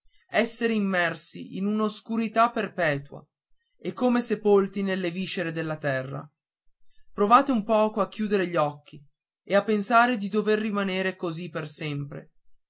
essere immersi in una oscurità perpetua e come sepolti nelle viscere della terra provate un poco a chiudere gli occhi e a pensare di dover rimanere per sempre